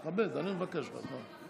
תכבד, אני מבקש ממך.